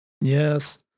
Yes